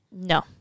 No